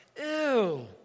Ew